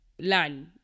land